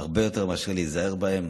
הרבה יותר מאשר להיזהר בהן.